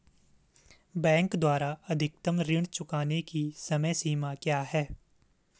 Bank द्वारा अधिकतम ऋण चुकाने की समय सीमा क्या है?